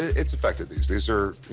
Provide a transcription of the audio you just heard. it's affected. these these are